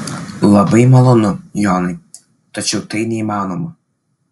labai malonu jonai tačiau tai neįmanoma